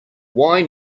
why